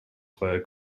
freier